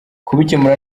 kubikemura